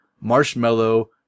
marshmallow